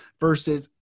versus